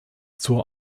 zur